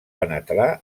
penetrar